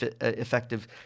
effective